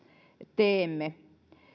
teemme